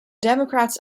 democrats